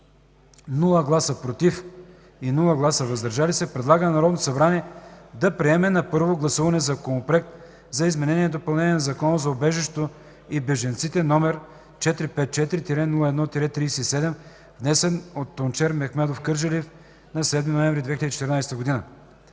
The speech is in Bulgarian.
гласове „против” и „въздържали се”, предлага на Народното събрание да приеме на първо гласуване Законопроект за изменение и допълнение на Закона за убежището и бежанците, № 454-01-37, внесен от Тунчер Мехмедов Кърджалиев на 7 ноември 2014 г.